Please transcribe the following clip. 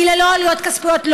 ללא עלויות כספיות,